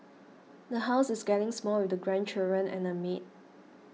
the house is getting small with the grandchildren and a maid